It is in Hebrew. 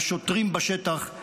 לשוטרים בשטח,